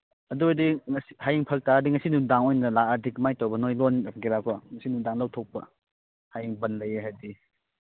ꯑꯗꯨꯗꯤ ꯍꯌꯦꯡ ꯐꯔꯛ ꯇꯥꯔꯗꯤ ꯉꯁꯤ ꯅꯨꯡꯗꯥꯡ ꯑꯣꯏꯅ ꯂꯥꯛꯑꯗꯤ ꯀꯃꯥꯏꯅ ꯇꯧꯕꯅꯣ ꯑꯩꯉꯣꯟꯒꯦꯔꯥꯀꯣ ꯉꯁꯤ ꯅꯨꯡꯗꯥꯡ ꯂꯧꯊꯣꯛꯄ ꯍꯌꯦꯡ ꯕꯟ ꯂꯩꯌꯦ ꯍꯥꯏꯔꯗꯤ